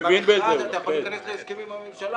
במכרז אתה יכול להיכנס להסכם עם הממשלה,